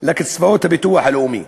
לקצבאות הביטוח הלאומי.